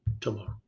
tomorrow